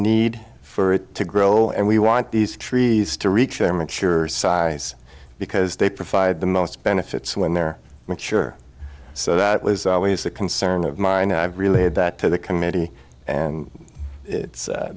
need for it to grow and we want these trees to reach their mature size because they provide the most benefits when they're mature so that was always a concern of mine and i've really had that to the committee and